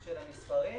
של המספרים